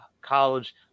college